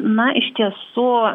na iš tiesų